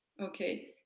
okay